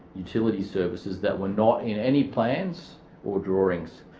utility services, that were not in any plans or drawings.